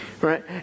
right